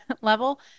level